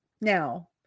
Now